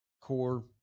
core